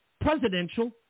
presidential